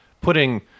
putting